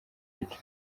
abidjan